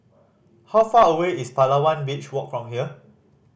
how far away is Palawan Beach Walk from here